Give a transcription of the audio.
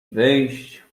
wyjść